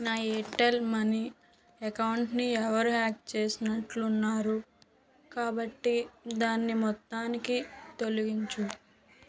నా Airtel money అకౌంట్ని ఎవరో హ్యాక్ చేసినట్లు ఉన్నారు కాబట్టి దాన్ని మొత్తానికి తొలగించుము